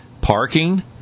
parking